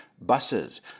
buses